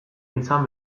izan